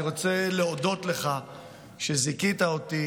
אני רוצה להודות לך על שזיכית אותי